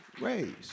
raised